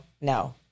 no